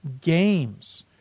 games